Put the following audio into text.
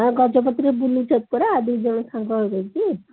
ଗଜପତିରେ ବୁଲି ପରା ଦୁଇ ଜଣ ସାଙ୍ଗ ହେଇକି